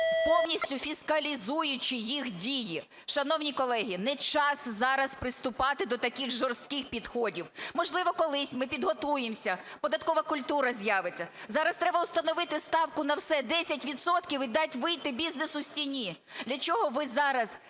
повністю фіскалізуючи їх дії. Шановні колеги, не час зараз приступати до таких жорстких підходів. Можливо, колись ми підготуємося, податкова культура з'явиться. Зараз треба установити ставку на все 10 відсотків і дати вийти бізнесу з тіні. Для чого ви зараз